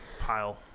pile